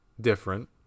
Different